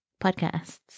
podcasts